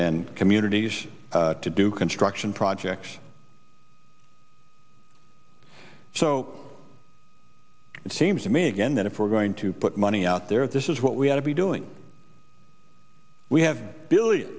and communities to do construction projects so it seems to me again that if we're going to put money out there this is what we ought to be doing we have billions